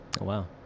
wow